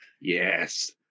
yes